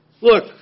Look